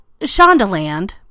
Shondaland